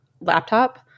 laptop